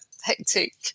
hectic